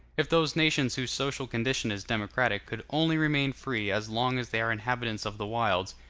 if those nations whose social condition is democratic could only remain free as long as they are inhabitants of the wilds,